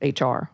HR